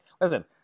listen